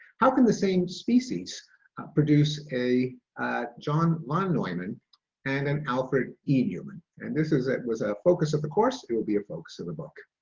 how can the same species produce a john lon norman and then and alfred e newman and this is it was a focus of the course. it will be a focus of the book.